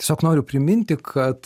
tiesiog noriu priminti kad